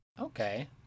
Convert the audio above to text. Okay